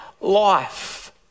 life